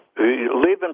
leaving